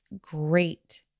great